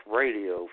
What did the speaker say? radio